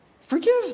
forgive